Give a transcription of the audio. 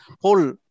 whole